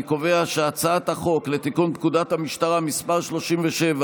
אני קובע שהצעת החוק לתיקון פקודת המשטרה (מס' 37),